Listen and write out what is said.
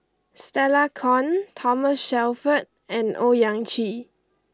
Stella Kon Thomas Shelford and Owyang Chi